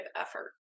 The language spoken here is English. effort